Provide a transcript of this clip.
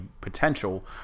potential